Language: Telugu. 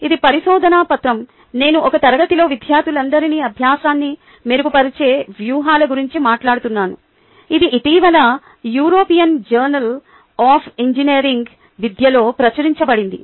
ఇది పరిశోదన పత్రం నేను ఒక తరగతిలో విద్యార్థులందరి అభ్యాసాన్ని మెరుగుపరిచే వ్యూహాల గురించి మాట్లాడుతున్నాను ఇది ఇటీవల యూరోపియన్ జర్నల్ ఆఫ్ ఇంజనీరింగ్ విద్యలో ప్రచురించబడింది